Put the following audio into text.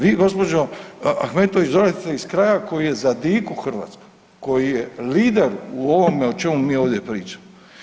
Vi gospođo Ahmetović dolazite iz kraja koji je za diku Hrvatske, koji je lider u ovome o čemu mi ovdje pričamo.